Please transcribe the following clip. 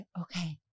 okay